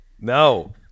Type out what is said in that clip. No